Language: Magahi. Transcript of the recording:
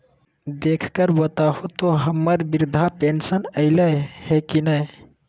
देख कर बताहो तो, हम्मर बृद्धा पेंसन आयले है की नय?